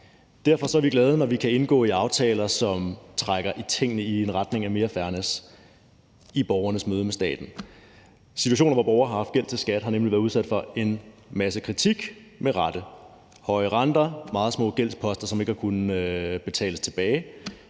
Derfor er vi glade, når vi kan indgå i aftaler, som trækker tingene i en retning af mere fairness i borgernes møde med staten. Situationer, hvor borgere har haft gæld til skat, har nemlig været udsat for en massiv kritik og med rette: For der har været høje renter og meget små gældsposter, som ikke har kunnet betales tilbage,